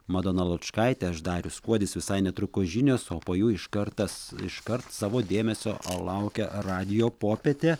madona lučkaitė aš darius kuodis visai netrukus žinios o po jų iškart tas iškart savo dėmesio laukia radijo popietė